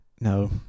No